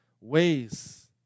ways